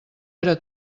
era